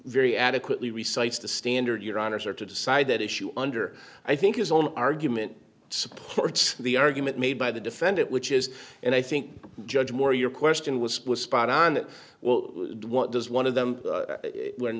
very adequately recites the standard your honors are to decide that issue under i think his own argument supports the argument made by the defendant which is and i think judge moore your question was spot on well what does one of them